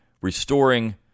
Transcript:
restoring